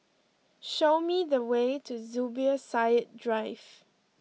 show me the way to Zubir Said Drive